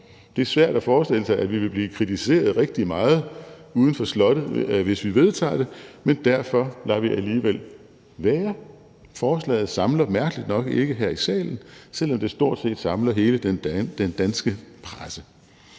Det er svært at forestille sig, at vi vil blive kritiseret rigtig meget uden for slottet her, hvis vi vedtager det, men derfor lader vi alligevel være. Forslaget samler mærkeligt nok ikke her i salen, selv om det stort set samler hele den danske presse.